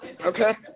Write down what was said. Okay